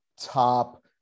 top